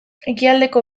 ekialdeko